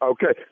Okay